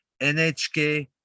NHK